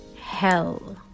hell